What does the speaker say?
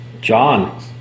John